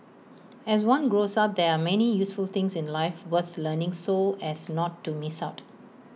as one grows up there are many useful things in life worth learning so as not to miss out